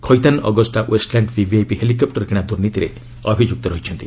Khaitan Agusta Westland VVIP helicopter କିଣା ଦୁର୍ନୀତିରେ ଅଭିଯୁକ୍ତ ଅଛନ୍ତି